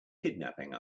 kidnapping